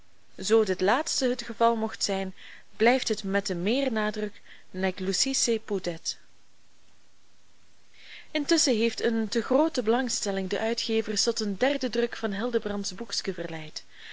zoo dit laatste het geval mocht zijn blijft het met te meer nadruk nec lusisse pudet intusschen heeft eene te groote belangstelling de uitgevers tot een derden druk van hildebrands boekske verleid